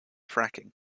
fracking